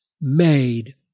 made